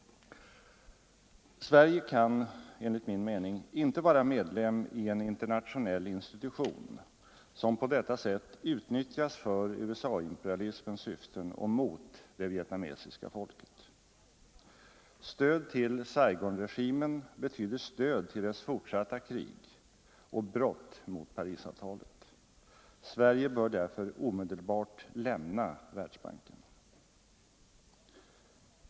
Sverige kan, enligt min mening, inte vara medlem i en internationell institution som på detta sätt utnyttjas för USA-imperialismens syften och mot det vietnamesiska folket. Stöd till Saigonregimen betyder stöd till dess fortsatta krig och brott mot Parisavtalet. Sverige bör därför omedelbart lämna Världsbanken.